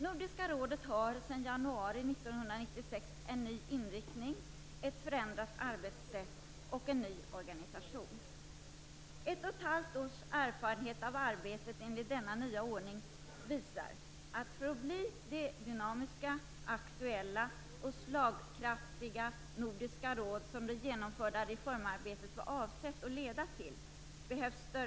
Nordiska rådet har sedan januari 1996 en ny inriktning, ett förändrat arbetssätt och en ny organisation. Ett och ett halvt års erfarenhet av arbetet enligt denna nya ordning visar att det behövs större förändringar för att det skall bli det dynamiska, aktuella och slagkraftiga nordiska råd som det genomförda reformarbetet var avsett att leda till.